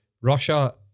Russia